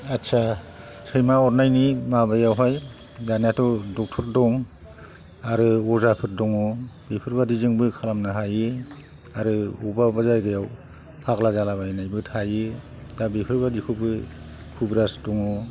आदसा सैमा अरनायनि माबायावहाय दानियाथ' डक्ट'र दं आरो अजाफोर दङ बेफोर बायदिजोंबो खालामनो हायो आरो बबेबा बबेबा जायगायाव फाग्ला जालाबायनायबो थायो दा बेफोरबायदिखौबो कुबिराज दङ आरो